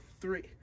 three